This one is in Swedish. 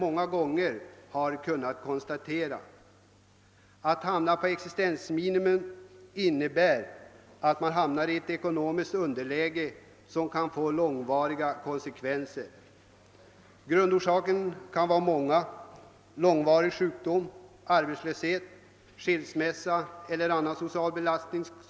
Att leva på existensminimum innebär att man hamnat i ett ekonomiskt underläge som kan få långvariga konsekvenser. Grundorsakerna kan vara flera, t.ex. långvarig sjukdom, arbets löshet, skilsmässa eller social belastning.